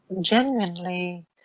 genuinely